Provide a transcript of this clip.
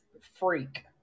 freak